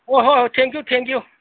ꯍꯣꯏ ꯍꯣꯏ thank you thank U